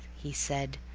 he said,